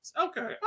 Okay